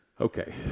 Okay